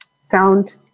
sound